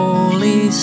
Holy